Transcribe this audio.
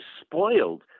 spoiled